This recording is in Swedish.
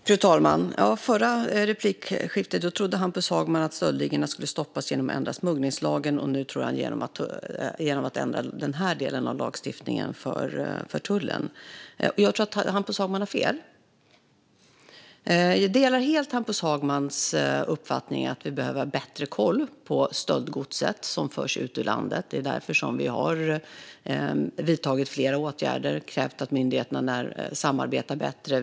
Fru talman! I det förra inlägget trodde Hampus Hagman att stöldligorna skulle stoppas genom att man ändrar smugglingslagen, och nu tror han att det sker genom att man ändrar den här delen av lagstiftningen för tullen. Jag tror att Hampus Hagman har fel. Jag delar helt Hampus Hagmans uppfattning om att vi behöver ha bättre koll på det stöldgods som förs ut ur landet. Därför har vi vidtagit flera åtgärder och krävt att myndigheterna samarbetar bättre.